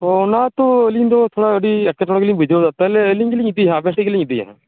ᱚᱱᱟᱛᱚ ᱟᱞᱤᱧᱫᱚ ᱛᱷᱚᱲᱟ ᱟᱹᱰᱤ ᱮᱴᱠᱮᱴᱚᱬᱮ ᱜᱮᱞᱤᱧ ᱵᱩᱡᱷᱟᱹᱣᱫᱟ ᱛᱟᱦᱮᱞᱮ ᱟᱞᱤᱧ ᱜᱮᱞᱤᱧ ᱤᱫᱤᱭᱟ ᱦᱟᱸᱜ ᱵᱮᱥᱴᱷᱤᱠ ᱜᱮᱞᱤᱧ ᱤᱫᱤᱭᱟ ᱦᱟᱸᱜ